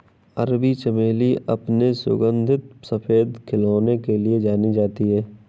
अरबी चमेली अपने सुगंधित सफेद खिलने के लिए जानी जाती है